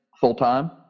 full-time